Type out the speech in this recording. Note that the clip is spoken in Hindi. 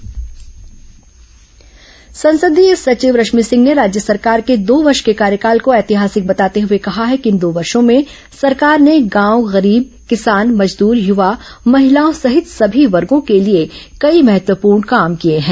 संसदीय सचिव प्रेसवार्ता संसदीय सचिव रश्मि सिंह ने राज्य सरकार के दो वर्ष के कार्यकाल को ऐतिहासिक बताते हुए कहा है कि इन दो वर्षों में सरकार ने गांव गरीब किसान मजदूर युवा महिलाओं सहित सभी वर्गों के लिए कई महत्वपूर्ण काम किए हैं